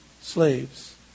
slaves